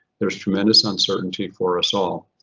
there's tremendous uncertainty for us all.